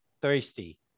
thirsty